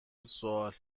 سوال